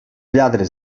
lladres